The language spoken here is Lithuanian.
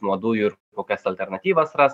nuo dujų ir kokias alternatyvas ras